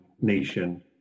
nation